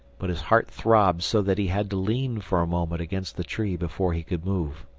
but his heart throbbed so that he had to lean for a moment against the tree before he could move.